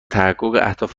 اهداف